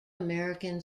american